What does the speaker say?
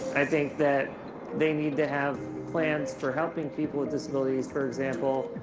i think that they need to have plans for helping people with disabilities. for example,